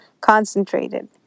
concentrated